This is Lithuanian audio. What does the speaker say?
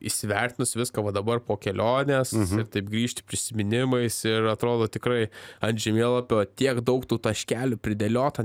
įsivertinus viską va dabar po kelionės ir taip grįžti prisiminimais ir atrodo tikrai ant žemėlapio tiek daug tų taškelių pridėliota